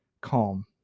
calm